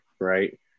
right